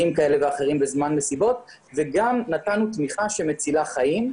כאלה ואחרים בזמן מסיבות וגם נתנו תמיכה שמצילה חיים.